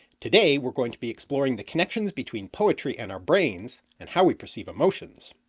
today we're going to be exploring the connections between poetry and our brains and how we perceive emotions.